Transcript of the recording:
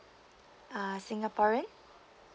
uh singaporean